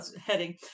heading